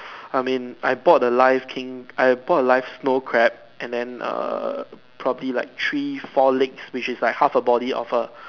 I mean I bought a live King I bought a live snow crab and then err probably like three four legs which is like half a body of a